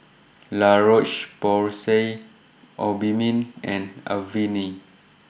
La Roche Porsay Obimin and Avene